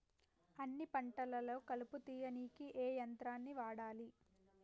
అన్ని పంటలలో కలుపు తీయనీకి ఏ యంత్రాన్ని వాడాలే?